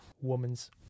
woman's